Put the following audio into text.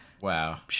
wow